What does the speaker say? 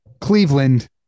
Cleveland